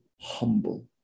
humble